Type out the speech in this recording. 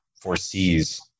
foresees